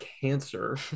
cancer